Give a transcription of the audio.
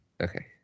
Okay